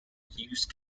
use